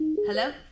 hello